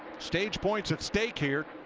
stage points at stake here.